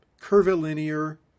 curvilinear